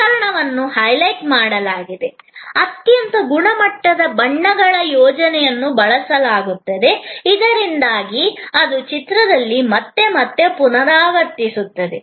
ಉಪಕರಣವನ್ನು ಹೈಲೈಟ್ ಮಾಡಲಾಗಿದೆ ಅತ್ಯಂತ ಗುಣಮಟ್ಟದ ಬಣ್ಣಗಳ ಯೋಜನೆಯನ್ನು ಬಳಸಲಾಗುತ್ತದೆ ಇದರಿಂದಾಗಿ ಅದು ಚಿತ್ರದಲ್ಲಿ ಮತ್ತೆ ಮತ್ತೆ ಪುನರಾವರ್ತಿಸುತ್ತದೆ